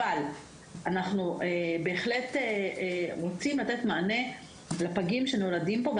אנחנו בהחלט רוצים לתת מענה לפגים שנולדים פה,